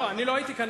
לא הייתי כאן,